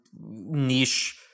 niche